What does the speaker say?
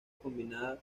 combinaba